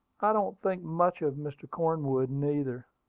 i don't think much of mr. cornwood, neither.